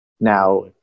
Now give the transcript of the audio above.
Now